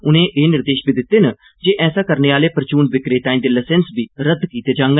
उनें एह् निर्देश बी दित्ते न जे ऐसा करने आह्ले परचून विक्रेताएं दे लसैंस बी रद्द कीते जान